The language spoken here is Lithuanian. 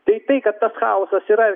tai tai kad tas chaosas yra